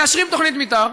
מאשרים תוכנית מתאר,